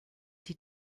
die